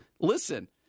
listen